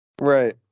Right